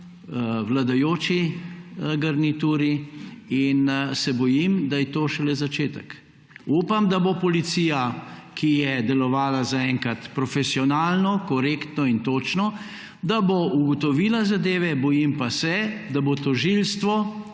vladajoči garnituri in se bojim, da je to šele začetek. Upam, da bo policija, ki je delovala zaenkrat profesionalno, korektno in točno, ugotovila zadeve, bojim pa se, da bo tožilstvo,